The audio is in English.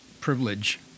privilege